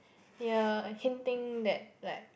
ya uh hinting that like